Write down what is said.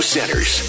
Centers